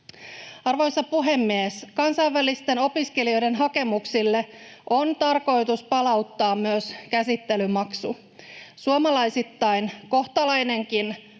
Arvoisa puhemies! Kansainvälisten opiskelijoiden hakemuksille on tarkoitus palauttaa myös käsittelymaksu. Suomalaisittain kohtalainenkin